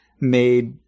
made